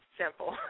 simple